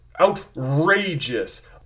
outrageous